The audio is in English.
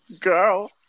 girl